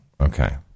okay